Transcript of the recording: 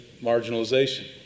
marginalization